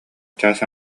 чаас